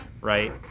right